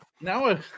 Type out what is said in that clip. Now